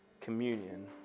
communion